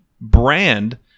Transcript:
brand